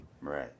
Right